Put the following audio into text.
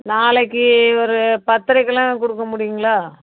நாளைக்கு ஒரு பத்தரைக்கெலாம் கொடுக்க முடியுங்களா